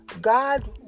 God